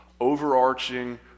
overarching